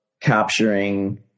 capturing